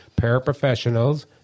paraprofessionals